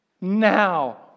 Now